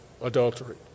adultery